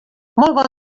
molt